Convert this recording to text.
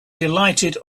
delighted